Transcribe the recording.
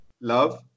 Love